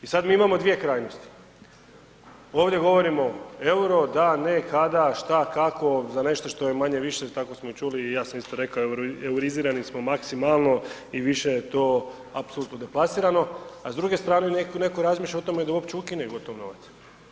I sad mi imamo dvije krajnosti, ovdje govorimo EUR-o da, ne, kada, šta, kako za nešto što je manje-više tako smo i čuli i ja sam isto rekao eurizirani smo maksimalno i više to apsolutno deplasirano, a s druge strane netko razmišlja o tome da uopće ukine gotov novac.